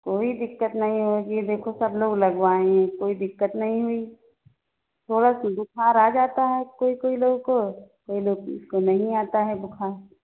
कोई दिक्कत नहीं होगी देखो सब लोग लगवाएं है कोई दिक्कत नहीं हुई थोड़ा सा बुखार आ जाता है कोई कोई लोग को कोई लोग को नहीं आता है बुखार